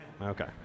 Okay